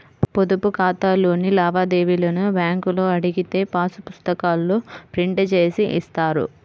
పొదుపు ఖాతాలోని లావాదేవీలను బ్యేంకులో అడిగితే పాసు పుస్తకాల్లో ప్రింట్ జేసి ఇస్తారు